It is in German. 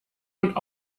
und